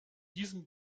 diesen